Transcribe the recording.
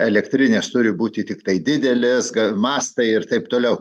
elektrinės turi būti tiktai didelės mąstai ir taip toliau